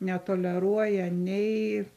netoleruoja nei